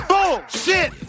Bullshit